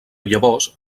llavors